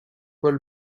paul